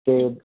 ਅਤੇ